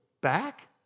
back